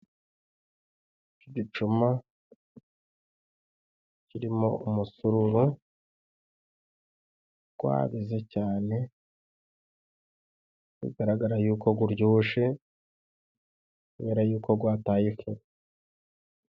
Gicuma, kirimo umusururu, gwabize cyane. Bigaragara y'uko guryoshe, kubera y'uko gwataye kime.